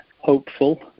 hopeful